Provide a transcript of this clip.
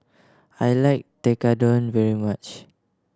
I like Tekkadon very much